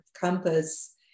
compass